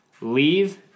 leave